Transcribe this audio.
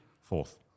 Fourth